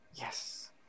Yes